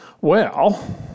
Well